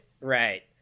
Right